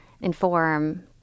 inform